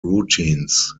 routines